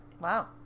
Wow